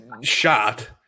shot